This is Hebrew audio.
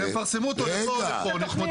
אתה יודע